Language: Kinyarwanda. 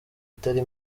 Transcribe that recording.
itari